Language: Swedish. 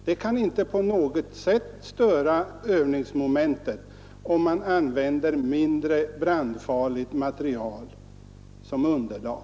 Det kan inte på något sätt störa övningsmomentet om man använder mindre brandfarligt material som underlag.